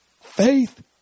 Faith